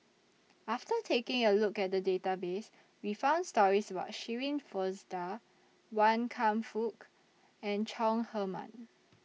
after taking A Look At The Database We found stories about Shirin Fozdar Wan Kam Fook and Chong Heman